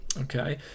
okay